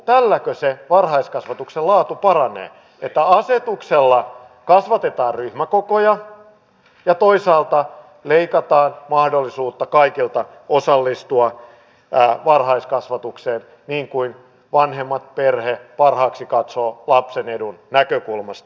tälläkö se varhaiskasvatuksen laatu paranee että asetuksella kasvatetaan ryhmäkokoja ja toisaalta leikataan mahdollisuutta kaikilta osallistua varhaiskasvatukseen niin kuin vanhemmat perhe parhaaksi katsovat lapsen edun näkökulmasta